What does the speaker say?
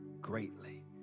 greatly